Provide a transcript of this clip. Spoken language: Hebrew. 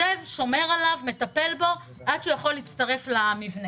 שומר עליו, מטפל בו עד שהוא יכול להצטרף למבנה.